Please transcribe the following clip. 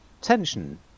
tension